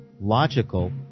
logical